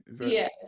Yes